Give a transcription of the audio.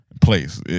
place